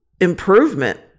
improvement